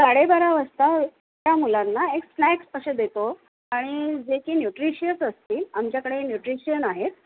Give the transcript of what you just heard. साडेबारा वाजता त्या मुलांना एक स्नॅक्स असे देतो आणि जे की न्युट्रिशियस असतील आमच्याकडे न्युट्रिशियन आहेत